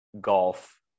golf